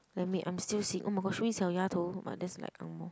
let me I'm still see oh my god should we eat Xiao Ya Tou that's like Ang-Moh